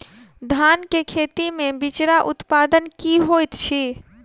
धान केँ खेती मे बिचरा उत्पादन की होइत छी?